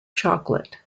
chocolate